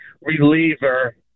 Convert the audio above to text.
reliever